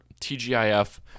TGIF